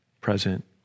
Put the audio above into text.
present